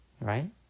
right